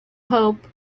hope